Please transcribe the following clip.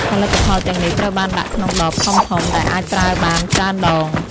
ផលិតផលទាំងនេះត្រូវបានដាក់ក្នុងដបធំៗដែលអាចប្រើបានច្រើនដង។